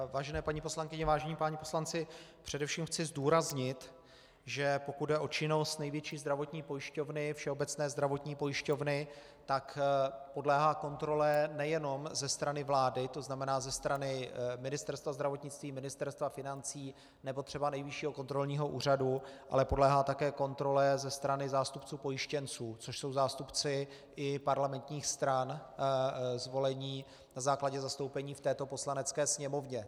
Vážené paní poslankyně, vážení páni poslanci, především chci zdůraznit, že pokud jde o činnost největší zdravotní pojišťovny, Všeobecné zdravotní pojišťovny, tak podléhá kontrole nejenom ze strany vlády, tzn., ze strany Ministerstva zdravotnictví, Ministerstva financí nebo třeba Nejvyššího kontrolního úřadu, ale podléhá také kontrole ze strany zástupců pojištěnců, což jsou zástupci i parlamentních stran zvolení na základě zastoupení v této Poslanecké sněmovně.